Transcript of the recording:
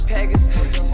Pegasus